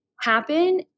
happen